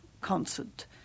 concert